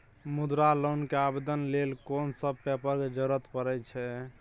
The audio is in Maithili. मुद्रा लोन के आवेदन लेल कोन सब पेपर के जरूरत परै छै?